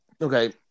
Okay